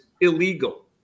illegal